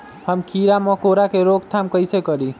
हम किरा मकोरा के रोक थाम कईसे करी?